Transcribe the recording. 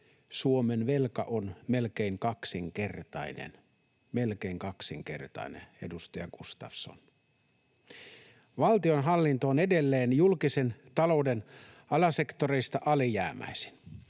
kaksinkertainen — melkein kaksinkertainen, edustaja Gustafsson. Valtionhallinto on edelleen julkisen talouden alasektoreista alijäämäisin.